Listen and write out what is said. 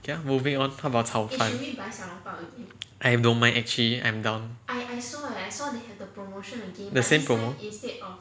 okay lor moving on how about 炒饭 I don't mind actually I'm down the same promo